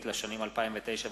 התשס”ט 2009,